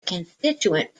constituent